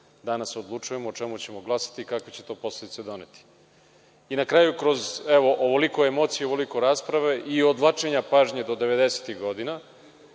danas odlučujemo, o čemu ćemo glasati, kakve će to posledice doneti. Na kraju, evo kroz ovoliko emocija, ovoliko rasprave i odvlačenja pažnje do devedesetih godina,